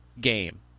game